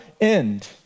end